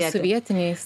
su vietiniais